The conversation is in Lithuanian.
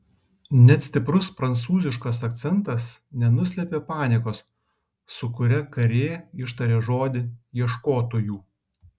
net stiprus prancūziškas akcentas nenuslėpė paniekos su kuria karė ištarė žodį ieškotojų